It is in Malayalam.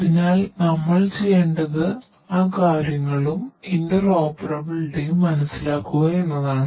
അതിനാൽ നമ്മൾ ചെയ്യേണ്ടത് ആ കാര്യങ്ങളും ഇന്റെർഓപെറബിലിറ്റിയും മനസ്സിലാക്കുക എന്നതാണ്